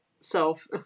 self